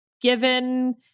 given